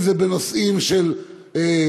אם זה בנושאים של כבישים,